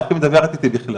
איך היא מדברת איתי בכלל.